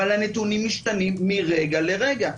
אבל הנתונים משתנים מרגע לרגע,